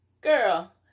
Girl